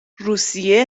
روسیه